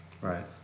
Right